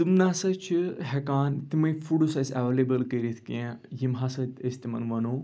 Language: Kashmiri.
تٔم نہ ہا چھِ ہٮ۪کان تِمٕے فُڈٕز اَسہِ اٮ۪ویلیبٕل کٔرِتھ کینٛہہ یِم ہَسا أسۍ تِمَن وَنو